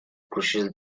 crucial